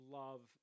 love